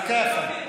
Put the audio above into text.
אז ככה,